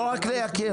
לא רק לייקר.